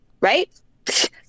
right